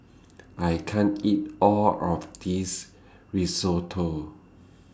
I can't eat All of This Risotto